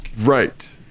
Right